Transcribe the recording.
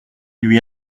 lui